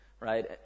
right